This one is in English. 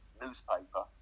newspaper